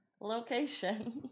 location